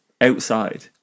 outside